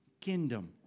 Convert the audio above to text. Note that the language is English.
kingdom